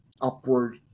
upward